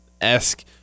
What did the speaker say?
esque